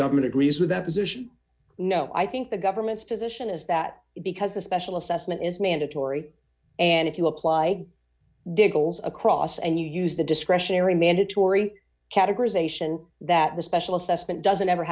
government agrees with that position no i think the government's position is that because the special assessment is mandatory and if you apply diggles across and you use the discretionary mandatory categorization that the special assessment doesn't ever